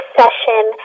session